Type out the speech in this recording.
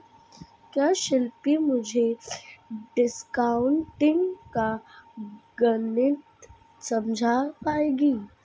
क्या शिल्पी मुझे डिस्काउंटिंग का गणित समझा पाएगी?